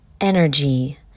energy